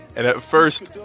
and at first,